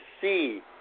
see